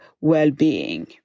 well-being